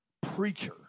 preacher